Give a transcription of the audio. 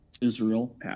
Israel